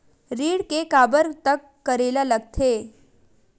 ऋण के काबर तक करेला लगथे?